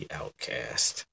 outcast